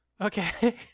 Okay